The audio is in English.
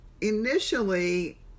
Initially